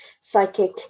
psychic